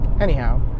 Anyhow